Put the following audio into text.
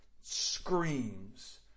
screams